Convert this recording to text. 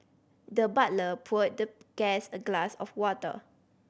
the butler poured the guest a glass of water